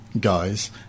Guys